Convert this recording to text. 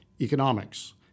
economics